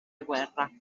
guerra